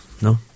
No